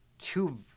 two